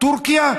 טורקיה?